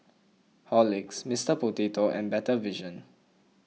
Horlicks Mister Potato and Better Vision